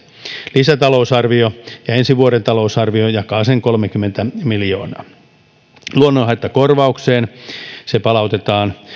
lisätalousarvio ja ensi vuoden talousarvio jakavat sen kolmekymmentä miljoonaa luonnonhaittakorvaus palautetaan